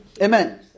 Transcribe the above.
Amen